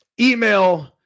email